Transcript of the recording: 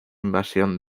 invasión